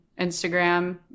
Instagram